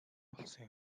болсон